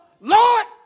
Lord